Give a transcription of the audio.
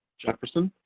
jefferson,